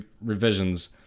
revisions